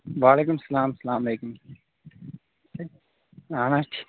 وعلیکُم السلام السلام علیکُم اَہن حظ ٹھِ